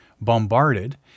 bombarded